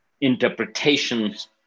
interpretations